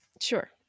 Sure